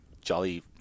jolly